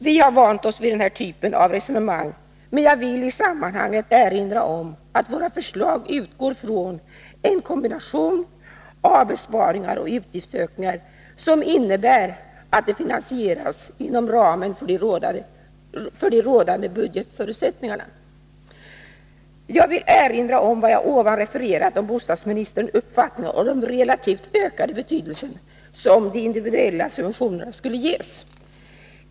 Vi har vant oss vid den typen av resonemang, men jag vill i sammanhanget erinra om att våra förslag utgår från en kombination av besparingar och utgiftsökningar, som innebär att de finansieras inom ramen för de rådande budgetförutsättningarna. Jag vill erinra om vad jag nyss refererat om bostadsministerns uppfattning om den relativt ökade betydelse som de individuella subventionerna skulle ges.